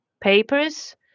papers